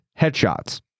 headshots